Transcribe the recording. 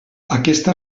aquesta